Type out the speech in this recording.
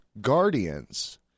Guardians